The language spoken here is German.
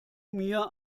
mir